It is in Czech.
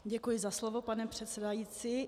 Děkuji za slovo, pane předsedající.